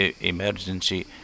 emergency